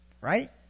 right